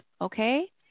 Okay